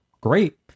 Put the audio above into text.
Great